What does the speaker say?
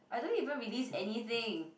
I don't even release anything